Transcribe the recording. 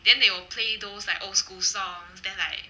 then they will play those like old school songs then like